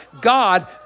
God